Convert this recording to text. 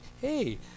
hey